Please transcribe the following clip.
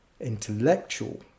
intellectual